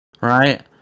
right